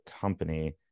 company